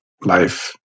life